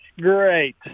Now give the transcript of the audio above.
Great